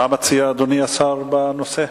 מה מציע אדוני השר בנושא?